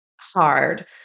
hard